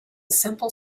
simple